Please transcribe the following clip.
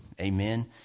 Amen